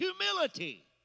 humility